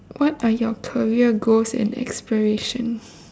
what are your career goals and aspirations